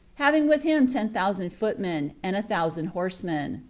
having with him ten thousand footmen, and a thousand horsemen.